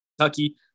Kentucky